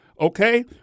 Okay